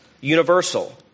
universal